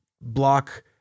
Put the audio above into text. block